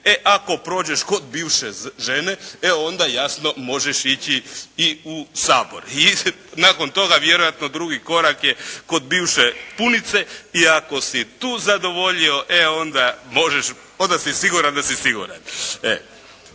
e ako prođeš kod bivše žene e onda jasno možeš ići i u Sabor i nakon toga vjerojatno drugi korak je kod bivše punice i ako si tu zadovoljio e onda možeš, onda si siguran da si siguran.